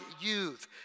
youth